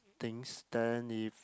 things then if